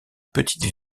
petite